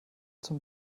zum